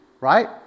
right